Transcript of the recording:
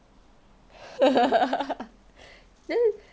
then